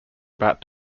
about